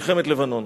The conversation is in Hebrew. מלחמת לבנון.